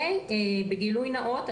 בגילוי נאות,